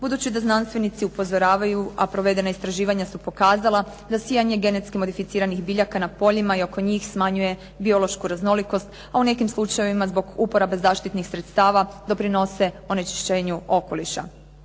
budući da znanstvenici upozoravaju, a provedena istraživanja su pokazala da sijanje genetski modificiranih biljaka na poljima i oko njih smanjuje biološku raznolikost, a u nekim slučajevima zbog uporabe zaštitnih sredstava doprinose onečišćenju okoliša.